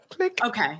Okay